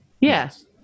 Yes